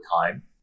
time